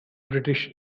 british